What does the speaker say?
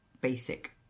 basic